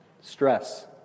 stress